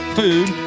food